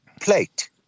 plate